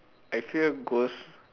I fear ghost